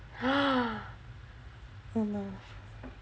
oh no